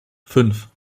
fünf